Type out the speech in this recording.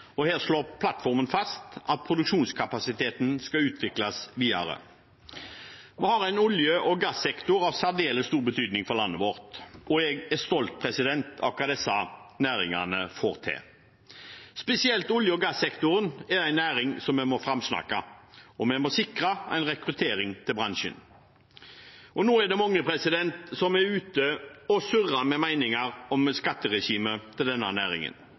og her slår plattformen fast at produksjonskapasiteten skal utvikles videre. Vi har en olje og gass-sektor av særdeles stor betydning for landet vårt, og jeg er stolt av hva disse næringene får til. Spesielt olje og gass-sektoren er en næring som vi må framsnakke, og vi må sikre rekruttering til bransjen. Nå er det mange som er ute og surrer med meninger om skatteregimet til denne næringen.